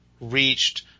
reached